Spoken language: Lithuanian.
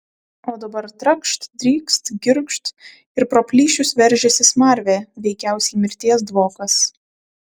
o dabar trakšt drykst girgžt ir pro plyšius veržiasi smarvė veikiausiai mirties dvokas